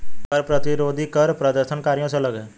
कर प्रतिरोधी कर प्रदर्शनकारियों से अलग हैं